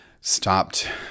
stopped